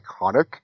iconic